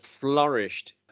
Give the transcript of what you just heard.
flourished